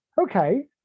okay